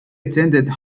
attended